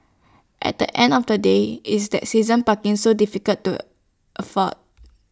at the end of the day is that season parking so difficult to afford